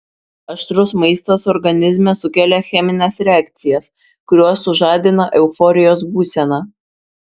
aštrus maistas organizme sukelia chemines reakcijas kurios sužadina euforijos būseną